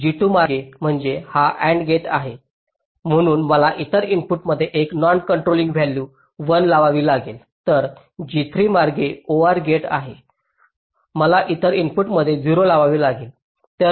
G2 मार्गे म्हणजे हा AND गेट आहे म्हणून मला इतर इनपुटमध्ये एक नॉन कंट्रोलिंग व्हॅल्यू 1 लावावी लागेल तर G3 मार्गे OR गेट आहे मला इतर इनपुटमध्ये 0 लावावे लागेल